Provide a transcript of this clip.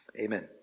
Amen